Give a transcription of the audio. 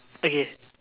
okay